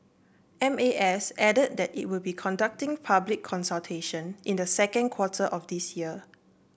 M A S added that it will be conducting public consultation in the second quarter of this year